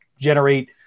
generate